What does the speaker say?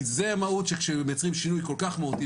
כי זה המהות כשמייצרים שינוי כל כך משמעותי,